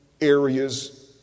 areas